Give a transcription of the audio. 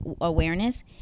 awareness